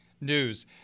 news